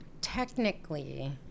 technically